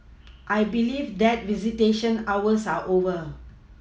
I believe that visitation hours are over